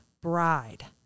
bride